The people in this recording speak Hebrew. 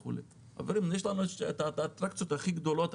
חברים, יש לנו האטרקציות הכי גדולות.